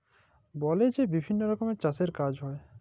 বলে যে বিভিল্ল্য রকমের চাষের কাজ হ্যয়